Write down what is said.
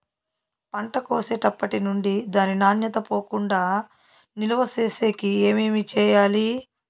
పంట కోసేటప్పటినుండి దాని నాణ్యత పోకుండా నిలువ సేసేకి ఏమేమి చేయాలి?